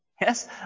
Yes